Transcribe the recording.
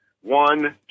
one